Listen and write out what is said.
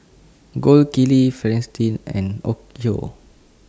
Gold Kili Fristine and Onkyo